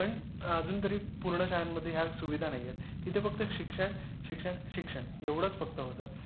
पण अजून तरी पूर्ण शाळांमध्ये ह्या सुविधा नाही आहेत तिथे फक्त शिक्षण शिक्षण शिक्षण एवढंच फक्त होतं